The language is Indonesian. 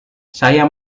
saya